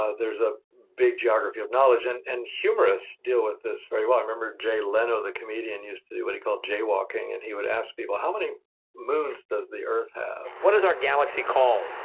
ah there's a big geography of knowledge. and and humorists deal with this very well. i remember jay leno, the comedian, used to do what he called jaywalking, and he would ask people, how many moons does the earth have? what is our galaxy called?